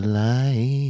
light